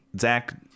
Zach